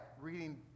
reading